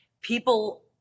people